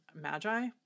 Magi